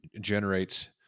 generates